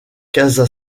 casa